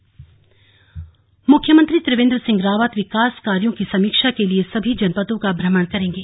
slug CM जनपद भ्रमण मुख्यमंत्री त्रिवेन्द्र सिंह रावत विकास कार्यों की समीक्षा के लिए सभी जनपदों का भ्रमण करेंगे